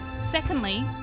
Secondly